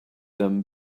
them